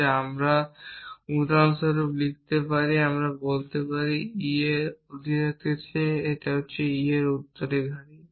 তারপর আমি উদাহরণ স্বরূপ বিবৃতি লিখতে পারি আমি বলতে পারি e এর উত্তরাধিকারীর চেয়ে e এর উত্তরাধিকারী